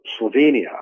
Slovenia